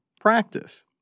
practice